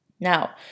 Now